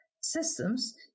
systems